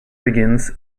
begins